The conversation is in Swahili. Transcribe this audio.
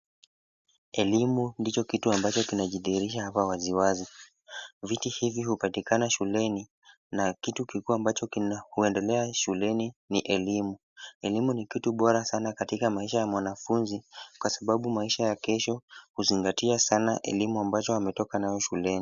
Elimu ndicho kitu ambacho kinajidhihirisha hapa waziwazi. Viti hivi hupatikana shuleni na kitu kikuu ambacho huendelea shuleni ni elimu. Elimu ni kitu bora sana katika maisha ya mwanafunzi kwa sababu maisha ya kesho huzingatia sana elimu ambacho ametoka nayo shuleni.